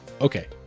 Okay